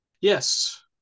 Yes